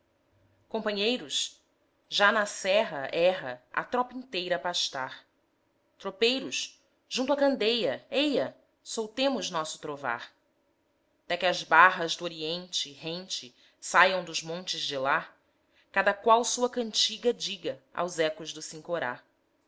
companheiros já na serra erra a tropa inteira a pastar tropeiros junto à candeia eia soltemos nosso trovar té que as barras do oriente rente saiam dos montes de lá cada qual sua cantiga diga aos ecos do sincorá